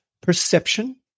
perception